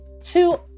two